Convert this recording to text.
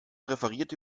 referiert